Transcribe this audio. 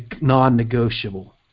non-negotiable